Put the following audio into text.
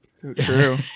true